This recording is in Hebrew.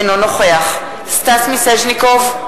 אינו נוכח סטס מיסז'ניקוב,